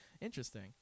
interesting